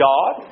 God